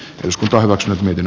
jos kaivos nyt miten